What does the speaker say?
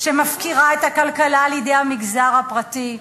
שמפקירה את הכלכלה לידי המגזר הפרטי,